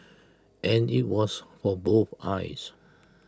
and IT was for both eyes